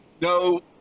no